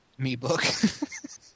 MeBook